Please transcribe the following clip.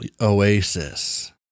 oasis